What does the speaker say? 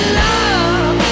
love